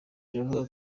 iravuga